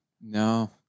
No